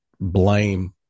blame